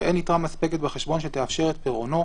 ואין יתרה מספקת בחשבון שתאפשר את פירעונו,